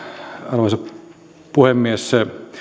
arvoisa puhemies